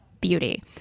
beauty